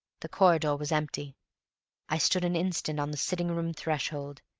the corridor was empty i stood an instant on the sitting-room threshold,